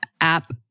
app